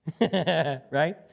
Right